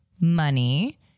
money